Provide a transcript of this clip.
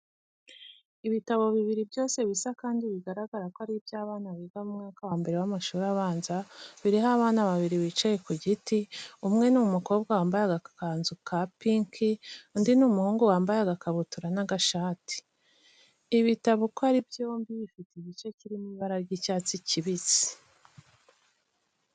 Ibitabo bibiri byose bisa kandi bigaragara ko ari iby'abana biga mu mwaka wa mbere w'amashuri abanza biriho abana babiri bicaye ku giti, umwe ni umukobwa wambaye agakanzu ka pinki, undi ni umuhungu wambaye agakabutura n'agashati. Ibi bitabo uko ari byombi bifite igice kirimo ibara ry'icyatsi kibisi.